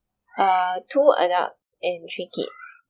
uh two adults and three kids